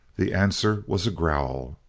the answer was a growl.